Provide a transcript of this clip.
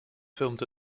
filmed